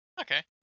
okay